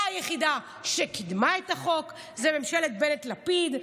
היחידה שקידמה את החוק זו ממשלת בנט-לפיד.